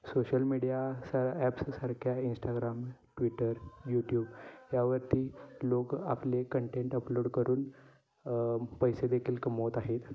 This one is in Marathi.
सोशल मीडियाचा ॲप्ससारख्या इंस्टाग्राम ट्विटर यूट्युब यावरती लोक आपले कंटेंट अपलोड करून पैसेदेखील कमवत आहेत